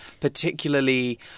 particularly